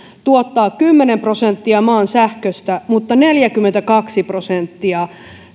tuottaa kymmenen prosenttia maan sähköstä mutta neljäkymmentäkaksi prosenttia